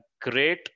great